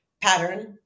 pattern